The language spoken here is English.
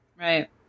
right